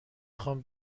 خوام